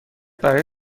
برای